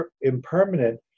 impermanent